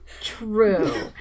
true